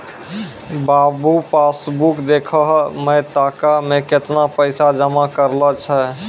बाबू passbook देखहो तें खाता मे कैतना पैसा जमा करलो छै